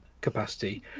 capacity